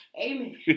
Amen